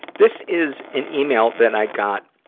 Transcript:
this is an email that i got,